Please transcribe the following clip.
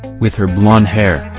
with her blonde hair,